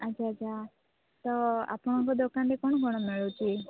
ଆଚ୍ଛା ଆଚ୍ଛା ତ ଆପଣଙ୍କ ଦୋକାନରେ କ'ଣ କ'ଣ ମିଳୁଛି